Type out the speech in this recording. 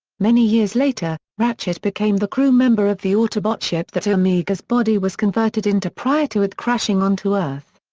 many years later, ratchet became the crew member of the autobot ship that omega's body was converted into prior to it crashing onto earth.